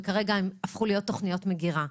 וכרגע הם הפכו להיות תוכניות מגירה.